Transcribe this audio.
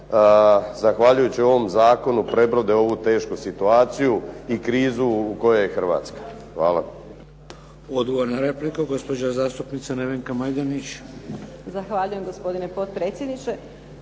zahvaljujući ovom zakonu prebrode ovu tešku situaciju i krizu u kojoj je Hrvatska. Hvala. **Šeks, Vladimir (HDZ)** Odgovor na repliku, gospođa zastupnica Nevenka Majdenić. **Majdenić, Nevenka (HDZ)** Zahvaljujem gospodine potpredsjedniče.